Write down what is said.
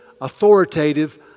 authoritative